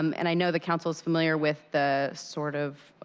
um and i know the council is familiar with the sort of,